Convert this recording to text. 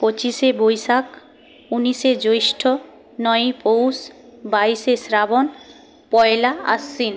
পঁচিশে বৈশাখ উনিশে জ্যৈষ্ঠ নয়ই পৌষ বাইশে শ্রাবণ পয়লা আশ্বিন